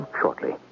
shortly